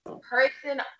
person